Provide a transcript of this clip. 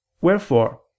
Wherefore